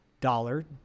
dollar